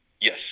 Yes